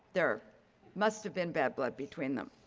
there must have been bad blood between them.